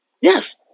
Yes